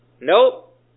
Nope